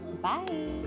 bye